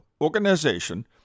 organization